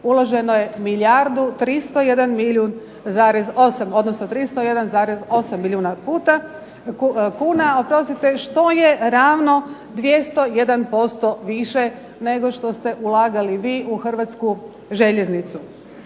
uloženo je milijardu 301, 8 milijuna kuna, što je ravno 201% više nego što ste ulagali vi u Hrvatsku željeznicu.